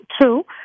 true